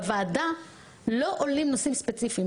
בוועדה לא עולים נושאים ספציפיים.